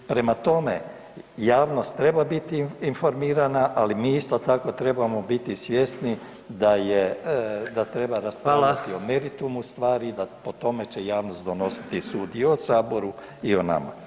Prema tome, javnost treba biti informirana, ali mi isto tako trebamo biti svjesni da je, da treba raspravljati [[Upadica: Hvala]] o meritumu stvari i da po tome će javnost donositi sud i o saboru i o nama.